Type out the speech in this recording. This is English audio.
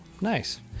Nice